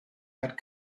had